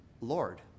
Lord